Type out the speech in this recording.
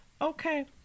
okay